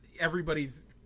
everybody's